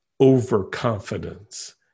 overconfidence